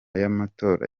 y’amatora